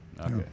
Okay